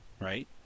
right